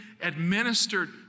administered